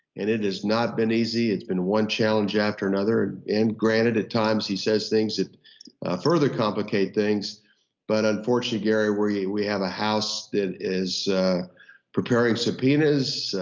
and it has not been easy. it's been one challenge after another, and granted at times he says things that further complicate things but unfortunately gary we we have a house that is preparing subpoenas,